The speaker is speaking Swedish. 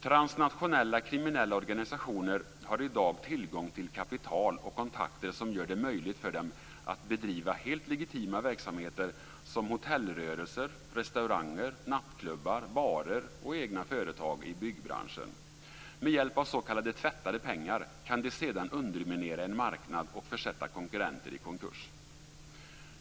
Transnationella kriminella organisationer har i dag tillgång till kapital och kontakter som gör det möjligt för dem att bedriva helt legitima verksamheter som hotellrörelser, restauranger, nattklubbar, barer och egna företag i byggbranschen, Med hjälp av s.k. tvättade pengar kan de sedan underminera en marknad och försätta konkurrenter i konkurs.